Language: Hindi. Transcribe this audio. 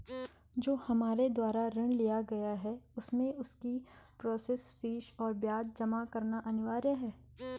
जो हमारे द्वारा ऋण लिया गया है उसमें उसकी प्रोसेस फीस और ब्याज जमा करना अनिवार्य है?